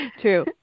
True